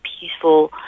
peaceful